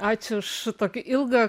ačiū už tokį ilgą